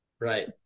Right